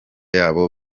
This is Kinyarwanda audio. yabo